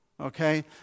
Okay